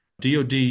DOD